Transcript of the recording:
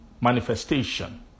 manifestation